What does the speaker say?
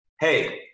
Hey